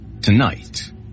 tonight